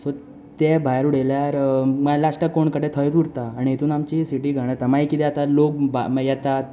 so तें भायर उडयल्यार मागीर लास्टाक कोण काडटा थंयच उरता आनी हातूंत आमची सिटी घाण जाता मागीर कितें आता लोक बी मागीर येतात